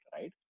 right